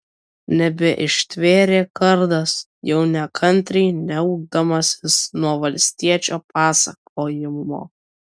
nebeištvėrė kardas jau nekantriai niaukdamasis nuo valstiečio pasakojimo